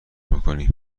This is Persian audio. میکنی